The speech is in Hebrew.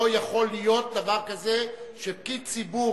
לא יכול להיות דבר כזה שפקיד ציבור